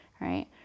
right